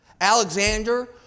Alexander